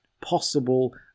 possible